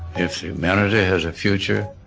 if humanity has a future,